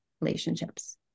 relationships